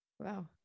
Wow